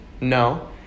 No